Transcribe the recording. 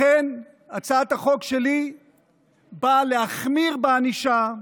לכן הצעת החוק שלי באה להחמיר בענישה,